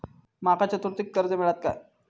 माका चतुर्थीक कर्ज मेळात काय?